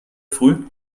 früh